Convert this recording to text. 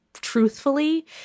truthfully